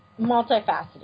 multifaceted